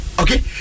Okay